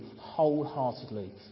wholeheartedly